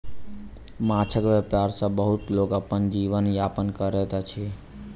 माँछक व्यापार सॅ बहुत लोक अपन जीवन यापन करैत अछि